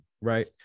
right